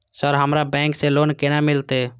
Sir हमरा bank से loan केना मिलते?